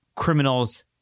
Criminals